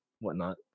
whatnot